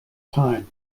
time